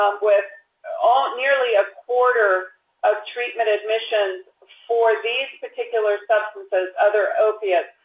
um with ah nearly a quarter of treatment admissions ah for these particular substances, other opiates,